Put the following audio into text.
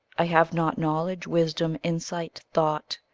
i have not knowledge, wisdom, insight, thought,